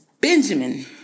Benjamin